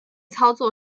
操作